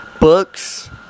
books